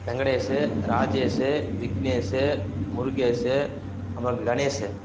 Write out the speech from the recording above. வெங்கடேஷ் ராஜேஷ் விக்னேஷ் முருகேஷ் அப்புறம் கணேஷ்